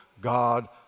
God